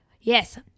yes